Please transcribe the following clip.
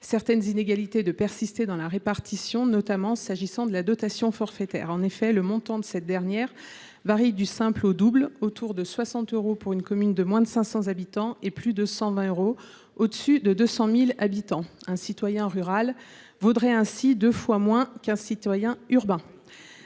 certaines inégalités de persister dans la répartition, s’agissant notamment de la dotation forfaitaire. En effet, le montant de cette dernière varie du simple au double : autour de 60 euros pour une commune de moins de 500 habitants et plus de 120 euros pour une commune de plus de 200 000 habitants. Un citoyen rural vaudrait ainsi deux fois moins qu’un citoyen urbain